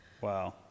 Wow